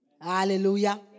Hallelujah